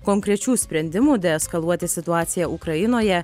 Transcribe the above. konkrečių sprendimų deeskaluoti situaciją ukrainoje